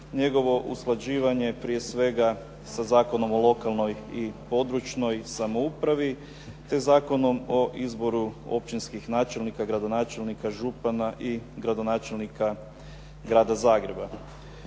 njegovo usklađivanje, prije svega sa Zakonom o lokalnoj i područnoj samoupravi te Zakonom o izboru općinskih načelnika i gradonačelnika, župana i gradonačelnika Grada Zagreba.